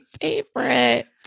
favorite